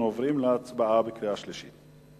אנחנו עוברים להצבעה בקריאה שלישית.